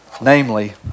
Namely